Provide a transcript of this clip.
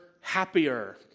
happier